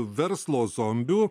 verslo zombių